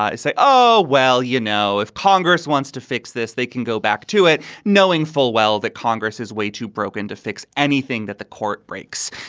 say, oh, well, you know, if congress wants to fix this, they can go back to it, knowing full well that congress is way too broken to fix anything that the court breaks.